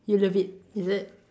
you love it is it